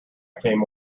came